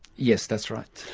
yes, that's right.